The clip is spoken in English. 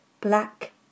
black